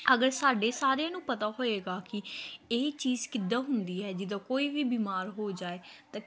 ਅਗਰ ਸਾਡੇ ਸਾਰਿਆਂ ਨੂੰ ਪਤਾ ਹੋਵੇਗਾ ਕਿ ਇਹ ਚੀਜ਼ ਕਿੱਦਾਂ ਹੁੰਦੀ ਹੈ ਜਿੱਦਾਂ ਕੋਈ ਵੀ ਬਿਮਾਰ ਹੋ ਜਾਵੇ ਤਾਂ